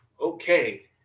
Okay